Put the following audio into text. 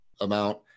amount